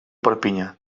perpinyà